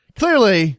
clearly